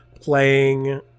playing